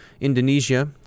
Indonesia